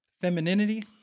Femininity